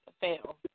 fail